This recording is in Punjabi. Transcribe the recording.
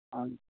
ਹਾਂਜੀ